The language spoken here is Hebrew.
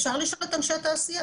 אפשר לשאול את אנשי התעשייה.